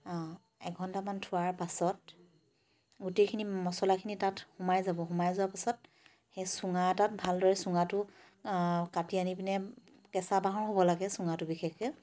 এঘণ্টামান থোৱাৰ পাছত গোটেইখিনি মচলাখিনি তাত সোমাই যাব সোমাই যোৱাৰ পাছত সেই চুঙা এটাত ভালদৰে চুঙাটো কাটি আনি পিনে কেঁচা বাঁহৰ হ'ব লাগে চুঙাটো বিশেষকৈ